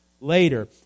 Later